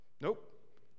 Nope